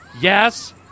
Yes